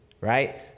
right